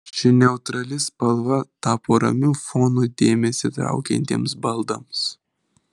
ši neutrali spalva tapo ramiu fonu dėmesį traukiantiems baldams